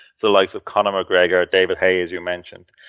so like so connor mcgregor, david haye as you mentioned.